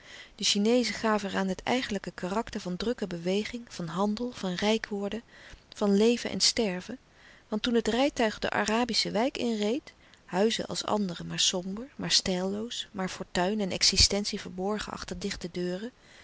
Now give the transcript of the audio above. de chineezen gaven er aan het eigenlijke karakter van drukke beweging van handel van rijk worden van leven en sterven want toen het rijtuig de arabische wijk inreed huizen als andere maar somber maar stijlloos maar fortuin en existentie verborgen achter dichte deuren